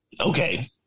okay